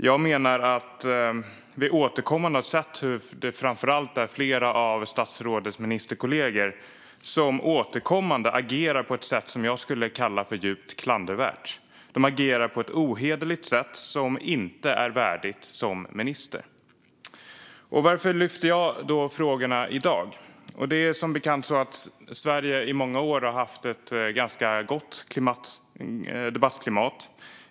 Jag menar att vi återkommande har sett hur flera av statsrådets ministerkollegor agerar på ett sätt som jag kallar för djupt klandervärt. De agerar på ett ohederligt sätt inte värdigt en minister. Varför lyfter jag upp frågorna i dag? Som bekant har Sverige under många år haft ett gott debattklimat.